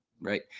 Right